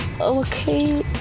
Okay